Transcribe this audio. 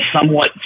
somewhat